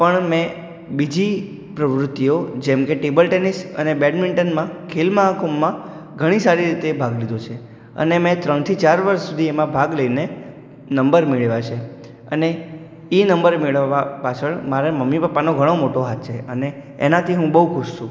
પણ મેં બીજી પ્રવૃત્તિઓ જેમ કે ટેબલ ટેનિસ અને બેડમિન્ટનમાં ખેલ મહાકુંભમાં ઘણી સારી રીતે ભાગ લીધો છે અને મેં ત્રણ થી ચાર વરસ સુધી એમાં ભાગ લઈને નંબર મેળવ્યા છે અને એ નંબર મેળવવા પાછળ મારા મમ્મી પપ્પાનો ઘણો મોટો હાથ છે અને એનાથી હું બહુ ખુશ છું